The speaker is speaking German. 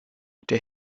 der